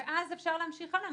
ואפשר להמשיך הלאה.